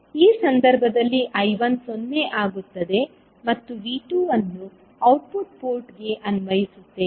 ಈ ಸಂದರ್ಭದಲ್ಲಿ I1 0 ಆಗುತ್ತದೆ ಮತ್ತು V2 ಅನ್ನು ಔಟ್ಪುಟ್ ಪೋರ್ಟ್ಗೆ ಅನ್ವಯಿಸುತ್ತೇವೆ